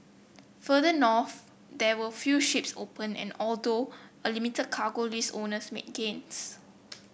further north there were few ships open and although a limited cargo list owners made gains